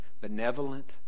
benevolent